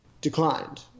declined